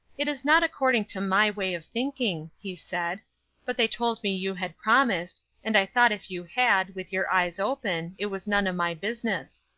it is not according to my way of thinking, he said but they told me you had promised, and i thought if you had, with your eyes open, it was none of my business.